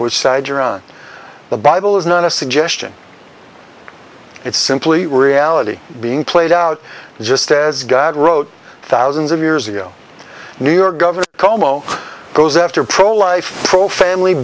which side you're on the bible is not a suggestion it's simply reality being played out just as god wrote thousands of years ago new york governor cuomo goes after pro life pro family